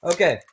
Okay